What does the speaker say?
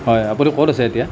হয় আপুনি ক'ত আছে এতিয়া